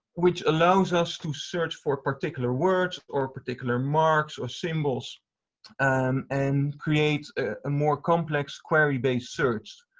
which allows us to search for particular words or particular marks or symbols and and create a and more complex, query-based search.